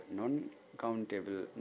non-countable